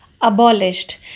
abolished